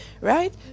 right